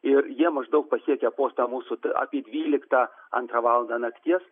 ir jie maždaug pasiekė postą mūsų apie dvyliktą antrą valandą nakties